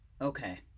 Okay